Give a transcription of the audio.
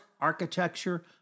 architecture